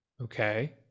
Okay